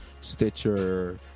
Stitcher